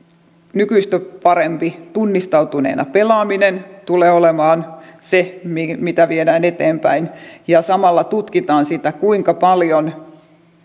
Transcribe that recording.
nykyistä parempi tunnistautuneena pelaaminen tulee olemaan se mitä viedään eteenpäin ja samalla tutkitaan sitä kuinka paljon